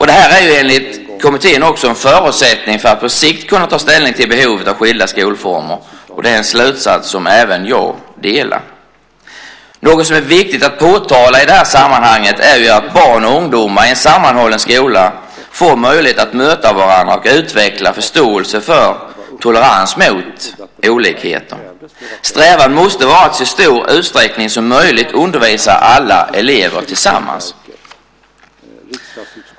Det här är enligt kommittén också en förutsättning för att man på sikt ska kunna ta ställning till behovet av skilda skolformer, och det är en slutsats som även jag delar. Något som är viktigt att påtala i det här sammanhanget är att barn och ungdomar i en sammanhållen skola får möjlighet att möta varandra och utveckla förståelse för och tolerans mot olikheter. Strävan måste vara att i så stor utsträckning som möjligt undervisa alla elever tillsammans.